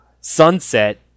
sunset